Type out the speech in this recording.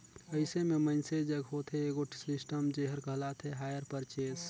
अइसे में मइनसे जग होथे एगोट सिस्टम जेहर कहलाथे हायर परचेस